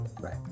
Right